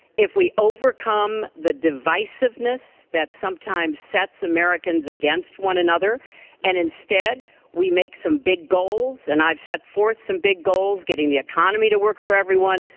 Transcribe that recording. if we overcome the divisiveness that sometimes sets americans against one another and instead we make some big goals and i've set forth some big goals, getting the economy to work for everyone,